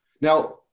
Now